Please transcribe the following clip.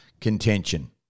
contention